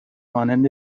مانند